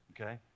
okay